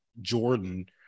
Jordan